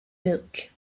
milk